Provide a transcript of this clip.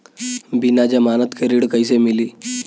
बिना जमानत के ऋण कईसे मिली?